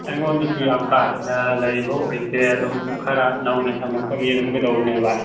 ꯑꯩꯉꯣꯟꯗꯁꯨ ꯌꯥꯝ ꯀꯥꯍꯦꯟꯅ ꯂꯩꯕ ꯑꯣꯏꯗꯦ ꯑꯗꯨꯝ ꯈꯔ ꯅꯧꯅ ꯊꯝꯃꯛꯄꯒꯤ ꯑꯗꯨꯝ ꯀꯩꯗꯧꯕꯅꯦꯕ